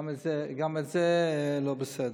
גם זה לא בסדר.